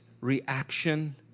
reaction